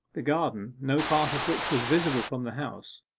the garden, no part of which was visible from the house,